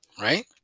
right